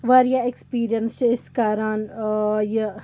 واریاہ ایٚکٕسپیٖریَنٕس چھِ أسۍ کَران یہِ